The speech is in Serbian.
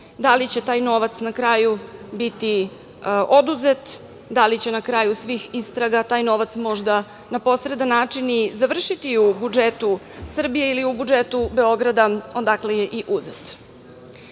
da li će taj novac na kraju biti oduzet, da li će na kraju svih istraga taj novac možda na posredan način i završiti u budžetu Srbije ili u budžetu Beograda odakle je i uzet. Isti